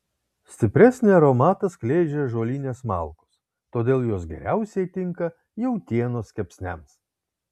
stipresnį aromatą skleidžia ąžuolinės malkos todėl jos geriausiai tinka jautienos kepsniams